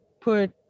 put